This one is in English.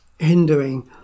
hindering